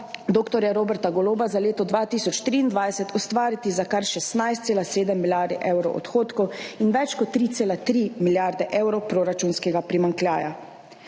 dr. Roberta Goloba za leto 2023 ustvariti za kar 16,7 milijard evrov odhodkov in več kot 3,3 milijarde evrov proračunskega primanjkljaja.